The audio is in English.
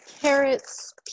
carrots